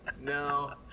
no